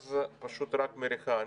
מאז פשוט רק מריחה.